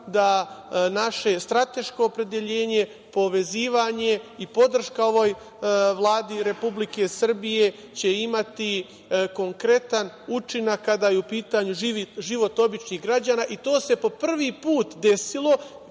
da naše strateško opredeljenje, povezivanje i podrška ovoj Vladi Republike Srbije će imati konkretan učinak kada je u pitanju život običnih građana, i to se po prvi put desilo